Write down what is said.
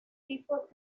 tipos